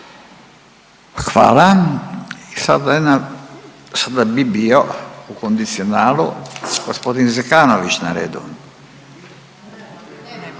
Hvala. Sada bi bio u kondicionalu gospodin Zekanović na redu.